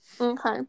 Okay